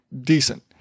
decent